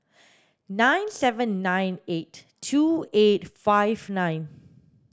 nine seven nine eight two eight five nine